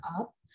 up